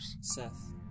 Seth